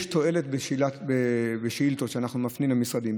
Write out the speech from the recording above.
יש תועלת בשאילתות שאנחנו מפנים למשרדים.